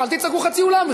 אל תצעקו בחצי אולם.